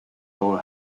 role